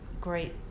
great